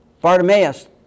Bartimaeus